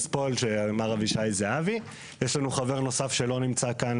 להוסיף את הפגיעה על הפגיעה האנושה זה משהו שלא מתקבל על הדעת.